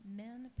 men